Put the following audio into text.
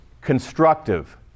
constructive